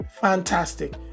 Fantastic